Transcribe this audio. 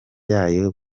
yayo